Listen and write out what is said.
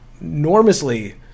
enormously